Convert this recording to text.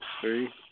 three